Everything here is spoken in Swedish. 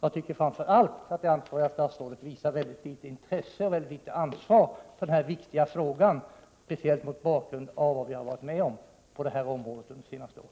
Jag tycker framför allt att det ansvariga statsrådet visar svagt intresse och ansvar för denna viktiga fråga, speciellt mot bakgrund av vad vi har varit med om på detta område under det senaste året.